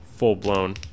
full-blown